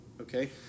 Okay